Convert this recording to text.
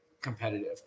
competitive